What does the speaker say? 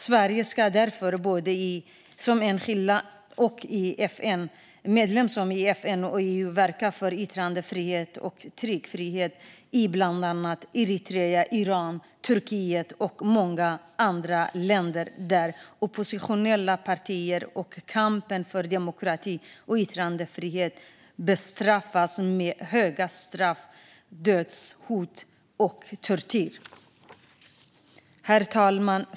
Sverige ska därför både som enskilt land och som medlem i EU och FN verka för yttrandefrihet och tryckfrihet i Eritrea, Iran, Turkiet och i många andra länder där oppositionella partier och kampen för demokrati och yttrandefrihet bestraffas med höga straff, dödshot och tortyr. Herr talman!